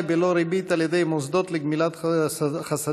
בלא ריבית על ידי מוסדות לגמילת חסדים,